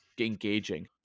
engaging